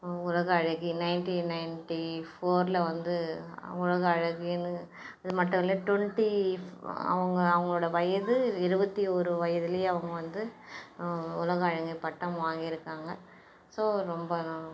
உலக அழகி nineteen ninety ஃபோரில் வந்து உலக அழகின்னு அது மட்டும் இல்லை ட்வெண்ட்டி அவங்க அவங்களோட வயது இருபத்தி ஒரு வயதுலேயே அவங்க வந்து உலக அழகி பட்டம் வாங்கி இருக்காங்க ஸோ ரொம்ப